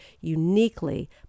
uniquely